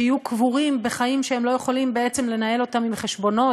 שיהיו קבורים בחיים שהם לא יכולים לנהל אותם עם חשבונות,